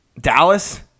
Dallas